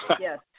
Yes